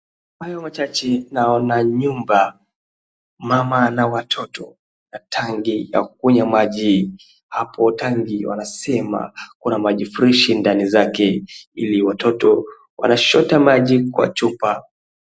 Kwa hayo machache, naona nyumba, mama na watoto, na tangi ya maji ambayo wanasema kuna maji freshi ndani yake, ili watoto wachote maji kwa chupa.